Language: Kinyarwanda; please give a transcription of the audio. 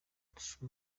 ndashaka